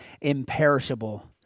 imperishable